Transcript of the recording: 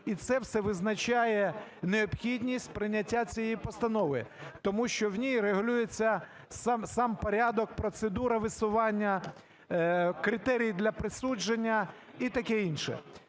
і це все визначає необхідність прийняття цієї постанови, тому що в ній регулюється сам порядок, процедура висування, критерії для присудження і таке інше.